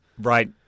Right